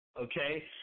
Okay